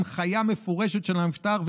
הנחיה מפורשת של הנפטר,